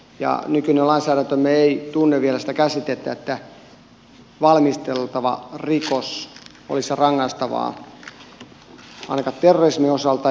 nykyinen lainsäädäntömme ei tunne vielä sitä käsitettä että valmisteltava rikos olisi rangaistava ainakaan terrorismin osalta